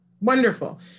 Wonderful